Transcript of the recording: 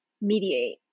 mediate